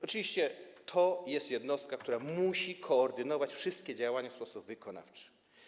Oczywiście to jest jednostka, która musi koordynować wszystkie działania w sposób wykonawczy.